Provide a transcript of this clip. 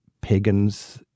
pagans